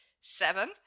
seven